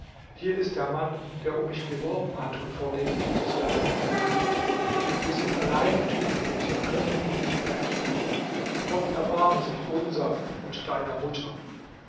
hier ist der mann der um mich geworben hat und vor dem ich mich zu deiner mutter flüchtete wir sind allein und hilflos und können ihm nicht mehr entfliehen gott erbarme sich unser und deiner mutter